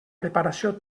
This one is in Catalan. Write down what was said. preparació